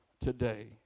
today